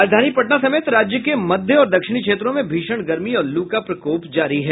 राजधानी पटना समेत राज्य के मध्य और दक्षिणी क्षेत्रों में भीषण गर्मी और लू का प्रकोप जारी है